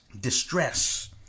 distress